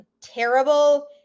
terrible